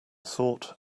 thought